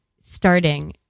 starting